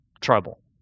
trouble